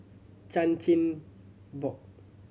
Chan Chin Bock